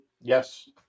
Yes